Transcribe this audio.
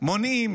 מונעים